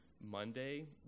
Monday